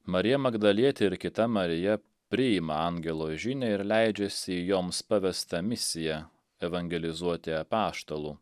marija magdalietė ir kita marija priima angelo žinią ir leidžiasi į joms pavestą misiją evangelizuoti apaštalų